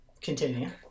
Continue